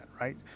right